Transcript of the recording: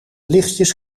lichtjes